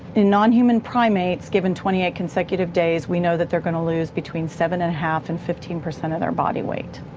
in non-human primates given twenty eight consecutive days we know that they're going to lose between seven and a half and fifteen percent of their body weight.